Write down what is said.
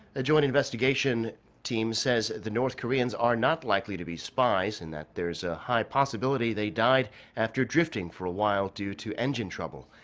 a joint investigation team says the north koreans are not likely to be spies. and that there's a high possibility they died after drifting for a while due to engine trouble.